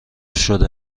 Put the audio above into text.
شده